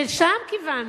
שלשם כיוונו,